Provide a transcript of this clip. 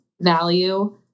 value